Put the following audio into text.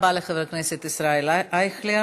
תודה רבה לחבר הכנסת ישראל אייכלר.